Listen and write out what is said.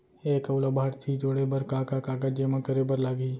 एक अऊ लाभार्थी जोड़े बर का का कागज जेमा करे बर लागही?